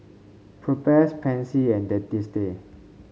Propass Pansy and Dentiste